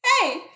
hey